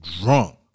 drunk